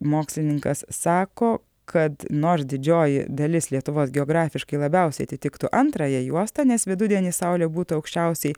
mokslininkas sako kad nors didžioji dalis lietuvos geografiškai labiausiai atitiktų antrąją juostą nes vidudienį saulė būtų aukščiausiai